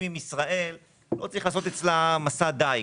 עם ישראל לא צריך לעשות אצלה מסע דייג.